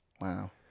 Wow